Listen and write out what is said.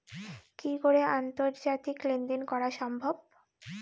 কি করে আন্তর্জাতিক লেনদেন করা সম্ভব?